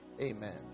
Amen